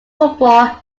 football